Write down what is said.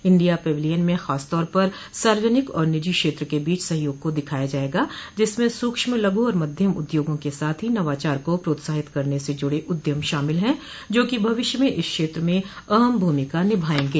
India pavilion में खासतौर पर सार्वजनिक और निजी क्षेत्र के बीच सहयोग को दिखाया जाएगा जिसमें सूक्ष्म लघु और मध्यम उद्योगा के साथ ही नवाचार को प्रोत्साहित करने से जुड़े उद्यम शामिल हैं जो कि भविष्य में इस क्षेत्र में अहम भूमिका निभाएंगे